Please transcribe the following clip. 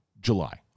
July